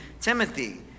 Timothy